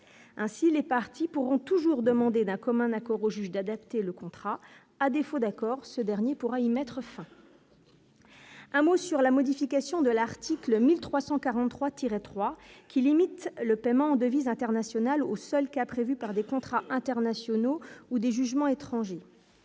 ainsi les parties pourront toujours demander, d'un commun accord au juge d'adapter le contrat à défaut d'accord, ce dernier pourra y mettre fin, un mot sur la modification de l'article 1343 3 qui limite le paiement devise internationale au seul cas prévus par des contrats internationaux ou des jugements étrangers